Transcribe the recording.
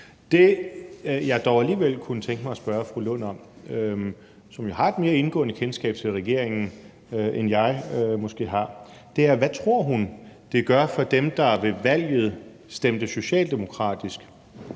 Det, jeg dog alligevel kunne tænke mig at spørge fru Rosa Lund om, som har et mere indgående kendskab til regeringen, end jeg måske har, er, hvad hun tror det gør for dem, der ved valget stemte socialdemokratisk,